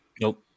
nope